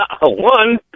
one